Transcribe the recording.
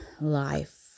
life